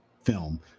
film